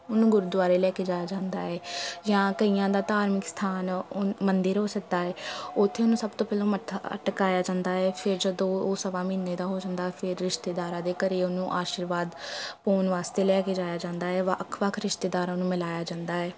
ਉਹਨੂੰ ਗੁਰਦੁਆਰੇ ਲੈ ਕੇ ਜਾਇਆ ਜਾਂਦਾ ਹੈ ਜਾਂ ਕਈਆਂ ਦਾ ਧਾਰਮਿਕ ਅਸਥਾਨ ਉਨ ਮੰਦਰ ਹੋ ਸਕਦਾ ਏ ਉੱਥੇ ਉਹਨੂੰ ਸਭ ਤੋਂ ਪਹਿਲਾਂ ਮੱਥਾ ਟਿਕਾਇਆ ਜਾਂਦਾ ਏ ਫਿਰ ਜਦੋਂ ਉਹ ਸਵਾ ਮਹੀਨੇ ਦਾ ਹੋ ਜਾਂਦਾ ਫਿਰ ਰਿਸ਼ਤੇਦਾਰਾਂ ਦੇ ਘਰ ਉਹਨੂੰ ਆਸ਼ੀਰਵਾਦ ਪਾਉਣ ਵਾਸਤੇ ਲੈ ਕੇ ਜਾਇਆ ਜਾਂਦਾ ਏ ਵੱਖ ਵੱਖ ਰਿਸ਼ਤੇਦਾਰਾਂ ਨੂੰ ਮਿਲਾਇਆ ਜਾਂਦਾ ਹੈ